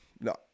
no